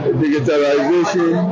digitalization